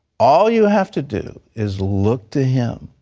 all you have to do is look to him.